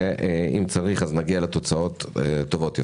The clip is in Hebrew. ואם צריך, נגיע לתוצאות טובות יותר.